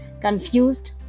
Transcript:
Confused